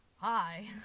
hi